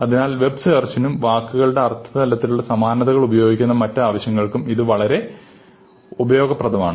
അതിനാൽ വെബ് സെർച്ചിനും വാക്കുകളുടെ അർത്ഥതലത്തിലുള്ള സമാനതകൾ ഉപയോഗിക്കുന്ന മറ്റാവശ്യങ്ങൾക്കും ഇത് വളരെ ഉപയോഗപ്രദമാണ്